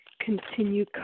continue